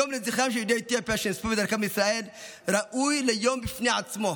היום לזכרם של יהודי אתיופיה שעשו את דרכם לישראל ראוי ליום בפני עצמו,